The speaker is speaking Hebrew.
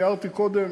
תיארתי קודם,